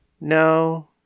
no